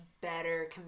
better